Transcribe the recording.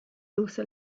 also